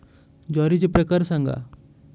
ज्वारीचे प्रकार सांगा